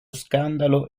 scandalo